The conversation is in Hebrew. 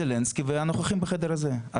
זלנסקי והנוכחים בחדר הזה.